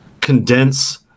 condense